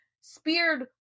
speared